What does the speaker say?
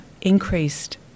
increased